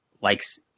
likes